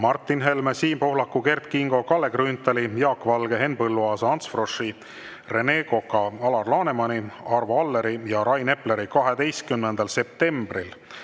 Martin Helme, Siim Pohlaku, Kert Kingo, Kalle Grünthali, Jaak Valge, Henn Põlluaasa, Ants Froschi, Rene Koka, Alar Lanemani, Arvo Alleri ja Rain Epleri 12. septembril